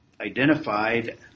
identified